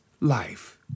life